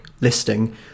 listing